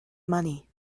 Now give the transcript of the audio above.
money